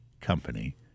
company